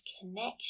connection